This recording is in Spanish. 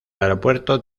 aeropuerto